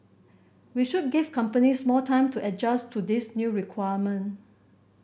we should give companies more time to adjust to this new requirement